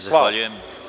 Zahvaljujem.